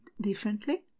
differently